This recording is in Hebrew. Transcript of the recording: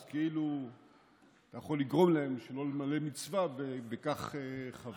אז כאילו אתה יכול לגרום להם שלא למלא מצווה וכך חבל.